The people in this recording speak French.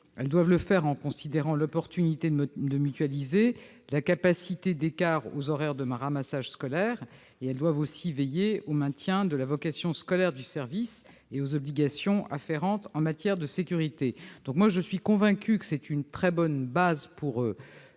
Elles doivent le faire en prenant en considération l'opportunité de mutualiser et la capacité des cars aux horaires de ramassage scolaire. Elles doivent aussi veiller au maintien de la vocation scolaire du service, ainsi qu'aux obligations afférentes en matière de sécurité. Je suis convaincue qu'il s'agit d'une très bonne base pour